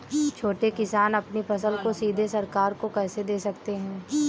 छोटे किसान अपनी फसल को सीधे सरकार को कैसे दे सकते हैं?